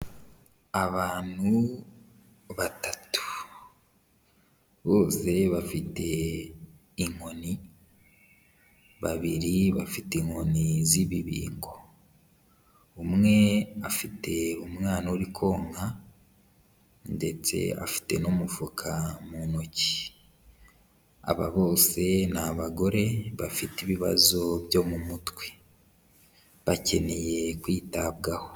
Abantu batatu bose bafite inkoni, babiri bafite inkoni z'ibibingo, umwe afite umwana uri konka ndetse afite n'umufuka mu ntoki, aba bose ni abagore bafite ibibazo byo mu mutwe, bakeneye kwitabwaho.